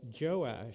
Joash